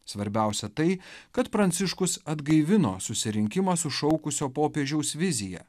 svarbiausia tai kad pranciškus atgaivino susirinkimą sušaukusio popiežiaus viziją